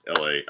LA